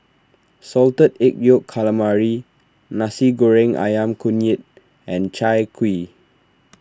Salted Egg Yolk Calamari Nasi Goreng Ayam Kunyit and Chai Kuih